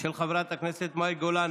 של חברת הכנסת מאי גולן.